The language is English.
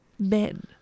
Men